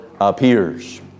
appears